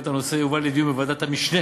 הנושא יובא לדיון בוועדת המשנה